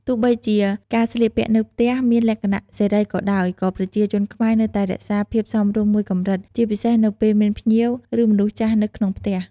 ទោះបីជាការស្លៀកពាក់នៅផ្ទះមានលក្ខណៈសេរីក៏ដោយ ក៏ប្រជាជនខ្មែរនៅតែរក្សាភាពសមរម្យមួយកម្រិត ជាពិសេសនៅពេលមានភ្ញៀវ ឬមនុស្សចាស់នៅក្នុងផ្ទះ។